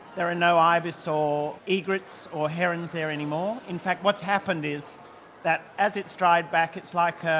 there are no ibis or egrets or herons there anymore. in fact what's happened is that as it's dried back it's like,